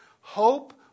Hope